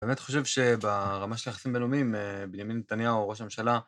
באמת חושב שברמה של יחסים בינלאומיים, בנימין נתניהו ראש הממשלה